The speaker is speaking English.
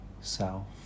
self